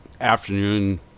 afternoon